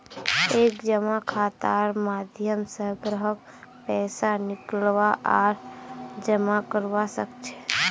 एक जमा खातार माध्यम स ग्राहक पैसा निकलवा आर जमा करवा सख छ